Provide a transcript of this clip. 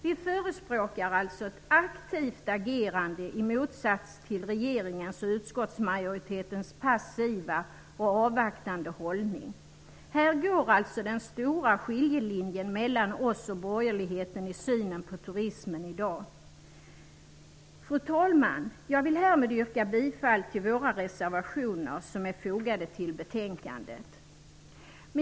Vi förespråkar alltså ett aktivt agerande, i motsats till regeringens och utskottsmajoritetens passiva och avvaktande hållning. Här går alltså den stora skiljelinjen mellan oss och borgerligheten i synen på turismen i dag. Fru talman! Jag vill härmed yrka bifall till våra reservationer, som är fogade till betänkandet.